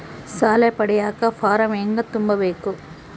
ಸಾಲ ಪಡಿಯಕ ಫಾರಂ ಹೆಂಗ ತುಂಬಬೇಕು?